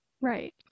Right